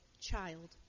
child